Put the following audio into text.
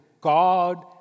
God